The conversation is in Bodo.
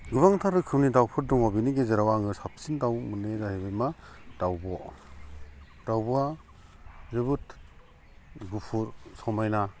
गोबांथार रोखोमनि दाउफोर दङ बिनि गेजेराव आङो साबसिन दाउ मोननाया जाहैबाय मा दाउब' दाउब'आ जोबोद गुफुर समायना